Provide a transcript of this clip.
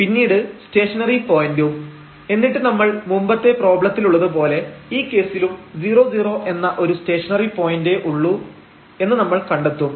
പിന്നീട് സ്റ്റേഷനറി പോയന്റും എന്നിട്ട് നമ്മൾ മുമ്പത്തെ പ്രോബ്ലത്തിലുള്ളത് പോലെ ഈ കേസിലും 00 എന്ന ഒരു സ്റ്റേഷനറി പോയന്റെ ഉള്ളൂ എന്ന് നമ്മൾ കണ്ടെത്തും